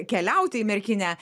keliauti į merkinę